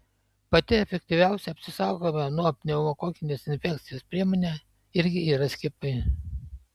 pati efektyviausia apsisaugojimo nuo pneumokokinės infekcijos priemonė irgi yra skiepai